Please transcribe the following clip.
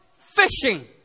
fishing